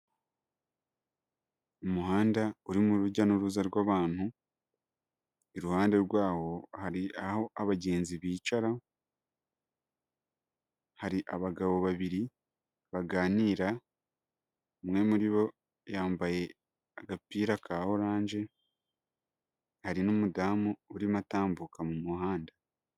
Umuhanda urimo urujya n'uruza rw'abantu, iruhande rwawo hari abagenzi bicara, hari abagabo babiri baganira, umwe muri bo yambaye agapira ka oranje hari n'umudamu urimo atambuka mu muhanda.